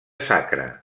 sacra